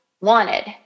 wanted